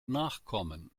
nachkommen